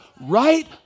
right